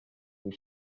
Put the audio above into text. kui